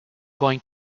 going